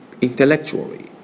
intellectually